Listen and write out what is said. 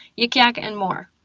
yikyak, and more.